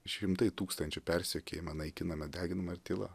šimtai tūkstančių persekiojama naikinama deginama ir tyla